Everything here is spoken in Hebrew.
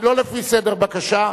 לא לפי סדר הבקשה,